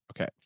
Okay